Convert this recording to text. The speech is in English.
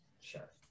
Sure